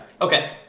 Okay